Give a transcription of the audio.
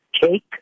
Cake